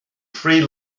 free